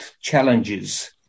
challenges